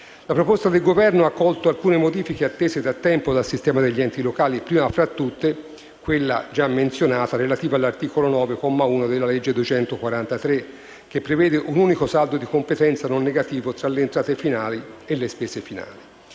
La proposta del Governo ha accolto alcune modifiche attese da tempo dal sistema degli enti locali, prima fra tutte quella relativa all'articolo 9, comma 1, della legge n. 243, che prevede un unico saldo di competenza non negativo tra le entrate finali e le spese finali.